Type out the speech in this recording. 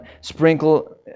sprinkle